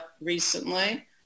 recently